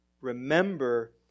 Remember